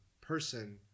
person